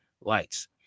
lights